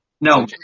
No